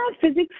physics